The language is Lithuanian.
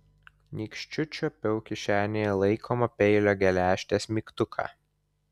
nykščiu čiuopiau kišenėje laikomo peilio geležtės mygtuką